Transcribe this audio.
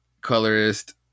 colorist